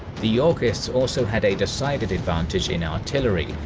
the yorkists also had a decided advantage in artillery,